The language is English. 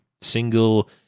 single